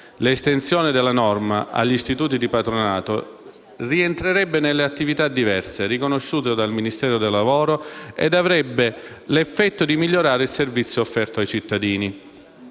L'estensione della norma agli istituti di patronato rientrerebbe nelle "attività diverse" riconosciute dal Ministero del lavoro e avrebbe l'effetto di migliorare il servizio offerto ai cittadini.